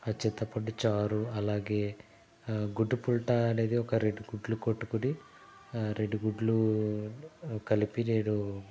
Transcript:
చింతపండు చారు అలాగే గుడ్డు పుల్టా అనేది ఒక రెండు గుడ్లు కొట్టుకొని రెండు గుడ్లు కలిపి నేను